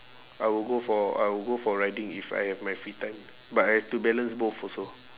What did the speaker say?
I will go for I will go for riding if I have my free time but I have to balance both also